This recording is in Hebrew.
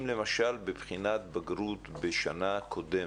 אם למשל בבחינת בגרות בשנה קודמת,